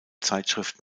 zeitschrift